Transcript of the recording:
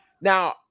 Now